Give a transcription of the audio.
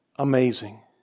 Amazing